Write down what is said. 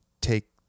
take